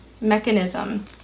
mechanism